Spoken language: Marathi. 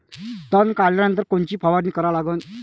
तन काढल्यानंतर कोनची फवारणी करा लागन?